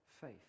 faith